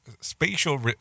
spatial